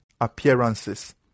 appearances